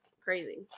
Crazy